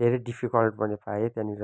धेरै डिफिक्लट मैले पाएँ त्यहाँनिर